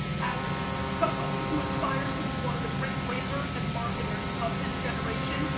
as somebody who aspires to be one of the great brander and marketers of his generation,